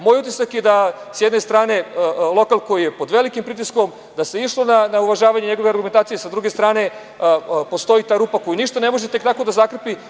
Moj utisak je da sa jedne strane lokal koji je pod velikim pritiskom, da se išlo na uvažavanje njegove argumentacije, a sa druge strane postoji ta rupa koja ništa ne može tek tako da zakrpi.